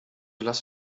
lass